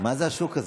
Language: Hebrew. מה זה השוק הזה?